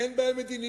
אין בהם מדיניות.